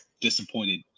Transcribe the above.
disappointed